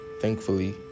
thankfully